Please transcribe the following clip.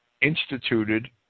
instituted